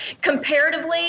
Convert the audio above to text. Comparatively